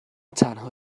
تنها